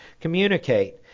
communicate